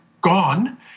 gone